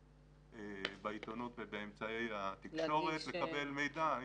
בעיתונות ובאמצעי התקשורת כדי לקבל מידע.